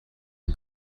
die